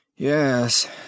Yes